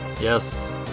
Yes